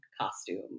costume